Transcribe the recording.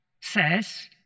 says